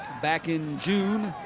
back in june.